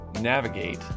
navigate